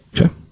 Okay